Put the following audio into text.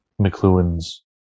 McLuhan's